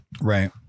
right